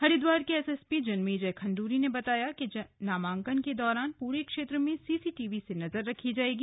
हरिद्वार के एसएसपी जन्मेजय खंडूड़ी ने बताया कि नामांकन के दौरान पूरे क्षेत्र में सीसीटीवी से नजर रखी जाएगी